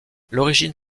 l’origine